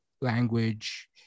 language